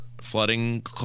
flooding